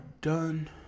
done